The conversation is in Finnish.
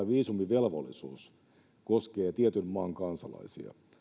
viisumivelvollisuus koskee tietyn maan kansalaisia